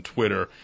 Twitter